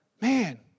Man